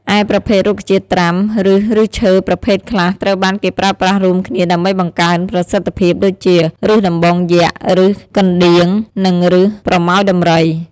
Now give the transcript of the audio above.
ឯប្រភេទរុក្ខជាតិត្រាំ ឬឫសឈើប្រភេទខ្លះត្រូវបានគេប្រើប្រាស់រួមគ្នាដើម្បីបង្កើនប្រសិទ្ធភាព ដូចជា ឫសដំបងយក្ស ឫសកណ្ដៀង និងឫសប្រមោយដំរី។